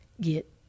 get